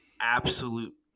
absolute –